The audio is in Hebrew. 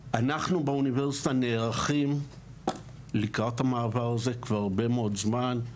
באוניברסיטה נערכים לקראת המעבר הזה כבר הרבה מאוד זמן.